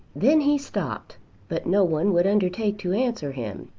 then he stopped but no one would undertake to answer him.